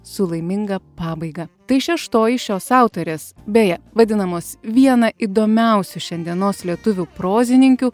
su laiminga pabaiga tai šeštoji šios autorės beje vadinamos viena įdomiausių šiandienos lietuvių prozininkių